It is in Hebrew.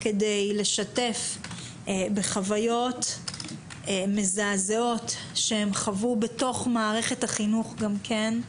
כדי לשתף בחוויות מזעזעות שהם חוו בתוך מערכת החינוך גם כן.